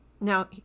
now